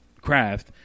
craft